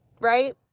Right